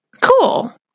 Cool